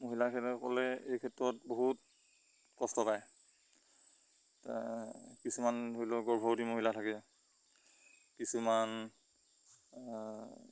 মহিলাসকলে এই ক্ষেত্ৰত বহুত কষ্ট পায় কিছুমান ধৰি লওক গৰ্ভৱতী মহিলা থাকে কিছুমান